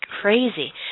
crazy